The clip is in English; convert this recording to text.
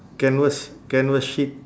canvas canvas sheet